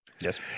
Yes